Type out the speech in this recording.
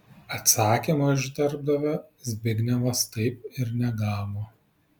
atsakymo iš darbdavio zbignevas taip ir negavo